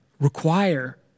require